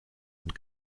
und